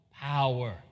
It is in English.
power